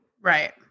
Right